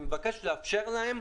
אני מבקש לאפשר להם,